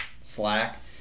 slack